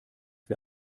wir